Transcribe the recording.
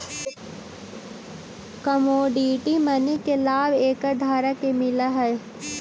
commodity money के लाभ एकर धारक के मिलऽ हई